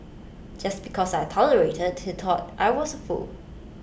just because I tolerated he thought I was A fool